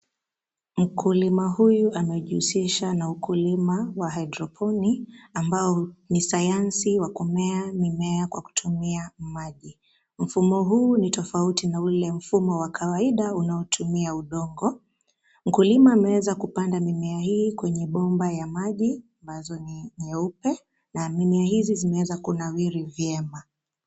Mkulima huyu anajihusisha na ukulima wa haidroponik, ambao ni sayansi wakumea mimea kwa kutumia maji. Mfumo huu ni tofauti na ule mfumo wa kawaida unaotumia udongo. Mkulima ameweza kupanda mimea hii kwenye bomba ya maji ambazo ni nyeupe, na mimea hizi zimeanza kunawiri vyema.